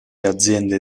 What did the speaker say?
aziende